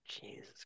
Jesus